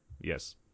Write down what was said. Yes